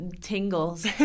tingles